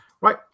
right